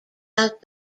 out